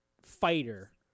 fighter